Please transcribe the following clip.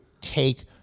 take